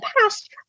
past